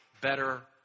better